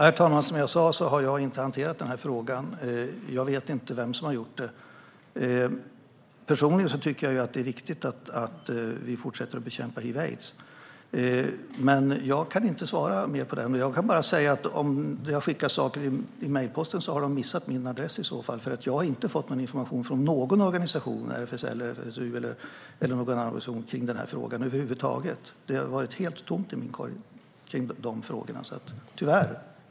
Herr talman! Som jag sa har jag inte hanterat denna fråga. Jag vet inte vem som har gjort det. Personligen tycker jag att det är viktigt att vi fortsätter att bekämpa hiv/aids, men jag kan inte svara mer än så. Jag kan bara säga att man har missat min adress om man har skickat något via mejl, för jag har inte fått information från någon organisation - RFSL, RFSU eller annan - om den här frågan över huvud taget. Det har varit helt tomt i min korg om dessa frågor. Tyvärr!